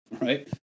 right